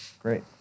Great